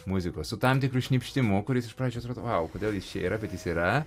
muzikos su tam tikru šnypštimu kuris iš pradžių atrodo vau kodėl jis čia yra bet jis yra